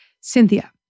Cynthia